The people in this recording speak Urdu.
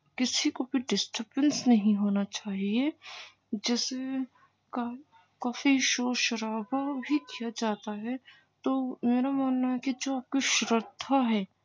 کسی کو بھی ڈسٹربینس نہیں ہونا چاہیے جیسے کا کافی شور شرابا بھی کیا جاتا ہے تو میرا ماننا ہے کہ جو آپ کی شردھا ہے